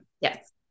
Yes